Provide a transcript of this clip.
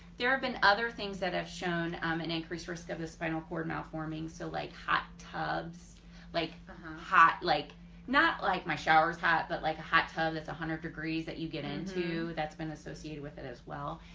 there have been other things that have shown um an increased risk of the spinal cord mouth and forming, so like hot tubs like hot hot like not like my showers hot, but like a hot tub it's a hundred degrees that you get into that's been associated with it as well.